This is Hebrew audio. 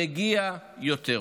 מגיע לו יותר.